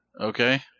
okay